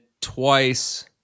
twice